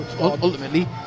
ultimately